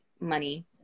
money